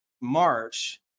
March